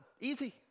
Easy